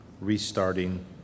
restarting